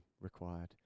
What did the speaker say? required